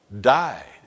died